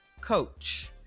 coach